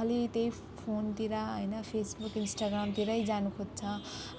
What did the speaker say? खालि त्यही फोनतिर हैन फेसबुक इन्स्टाग्रामतिरै जानुखोज्छ